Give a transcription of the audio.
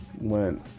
went